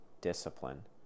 discipline